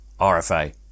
RFA